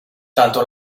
tanto